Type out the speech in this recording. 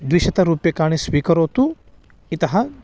द्विशतरूप्यकाणि स्वीकरोतु इतः